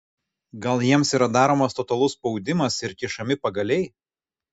gal jiems yra daromas totalus spaudimas ir kišami pagaliai